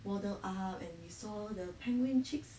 waddle up and we saw the penguin chicks